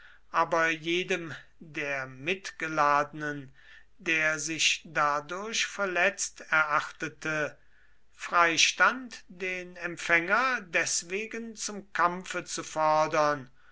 aber jedem der mitgeladenen der sich dadurch verletzt erachtete freistand den empfänger deswegen zum kampfe zu fordern